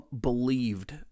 believed